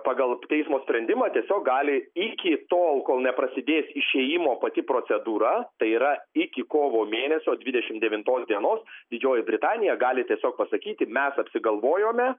pagal teismo sprendimą tiesiog gali iki tol kol neprasidės išėjimo pati procedūra tai yra iki kovo mėnesio dvidešimt devintos dienos didžioji britanija gali tiesiog pasakyti mes apsigalvojome